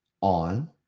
on